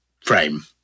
frame